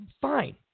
fine